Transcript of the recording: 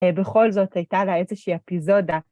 ובכל זאת, הייתה לה איזושהי אפיזודה.